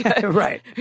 Right